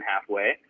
halfway